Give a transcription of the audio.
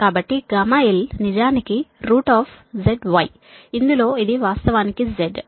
కాబట్టి γl నిజానికి ZY ఇందులో ఇది వాస్తవానికి z